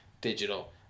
digital